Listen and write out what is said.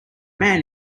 man